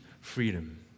freedom